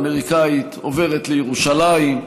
השגרירות האמריקנית עוברת לירושלים,